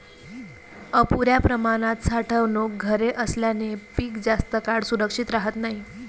अपुर्या प्रमाणात साठवणूक घरे असल्याने पीक जास्त काळ सुरक्षित राहत नाही